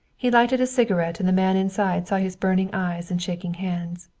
he lighted a cigarette, and the man inside saw his burning eyes and shaking hands.